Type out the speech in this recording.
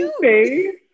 face